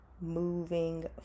moving